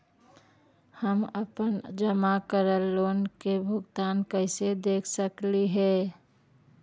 हम अपन जमा करल लोन के भुगतान कैसे देख सकली हे?